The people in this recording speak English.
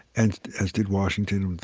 and as did washington, and